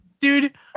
dude